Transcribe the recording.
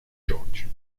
george